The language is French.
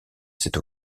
cette